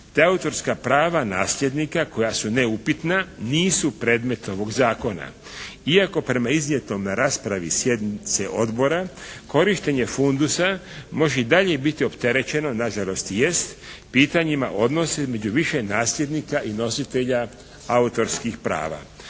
te autorska prava nasljednika koja su neupitna nisu predmet ovog zakona iako prema iznijetom na raspravi sjednice Odbora korištenje fundusa može dalje biti opterećeno na žalost i jest, pitanjima odnosi među više nasljednika i nositelja autorskih prava.